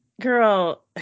Girl